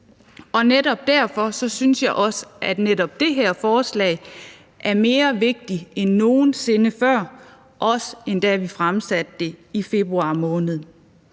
og netop derfor synes jeg også, at det her forslag er mere vigtigt end nogen sinde før, også end da vi fremsatte det i februar måned.